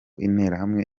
interahamwe